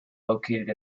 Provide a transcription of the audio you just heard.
located